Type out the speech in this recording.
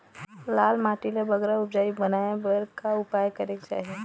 लाल माटी ला बगरा उपजाऊ बनाए बर का उपाय करेक चाही?